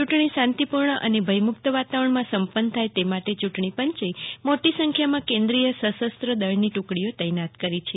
ચૂંટણી શાંતિપૂર્ણ અને ભયમુક્ત વાતાવરણમાં સંપન્ન થાય તે માટે ચ્રૂંટણી પંચે મોટી સંખ્યામાં કેન્દ્રીય શસ્ત્ર દળની ટુકડીઓ તેનાત કરી છે